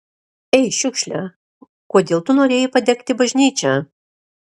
ei šiukšle kodėl tu norėjai padegti bažnyčią